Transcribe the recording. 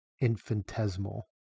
infinitesimal